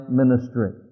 ministry